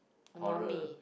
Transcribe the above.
horror